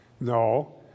No